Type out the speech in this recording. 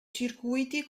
circuiti